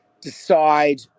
decide